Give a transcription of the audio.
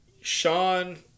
Sean